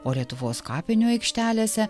o lietuvos kapinių aikštelėse